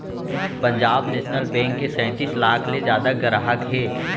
Punjab national bank के सैतीस लाख ले जादा गराहक हे